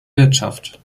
wirtschaft